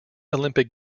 olympic